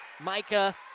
Micah